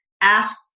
Ask